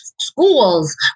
schools